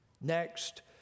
Next